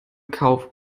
kauf